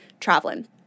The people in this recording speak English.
traveling